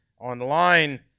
online